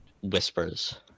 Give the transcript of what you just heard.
whispers